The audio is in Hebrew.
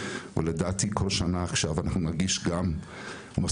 ולדעתי כל שנה עכשיו אנחנו נגיש גם נושא